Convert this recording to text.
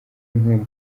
nkombo